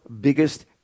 biggest